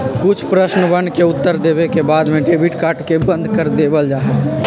कुछ प्रश्नवन के उत्तर देवे के बाद में डेबिट कार्ड के बंद कर देवल जाहई